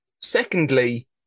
Secondly